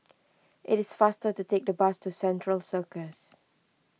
it is faster to take the bus to Central Circus